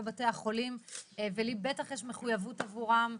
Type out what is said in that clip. בתי החולים ולי בטח יש מחויבות עבורם,